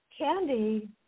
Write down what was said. Candy